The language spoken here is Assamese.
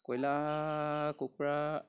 কইলাৰ কুকুৰা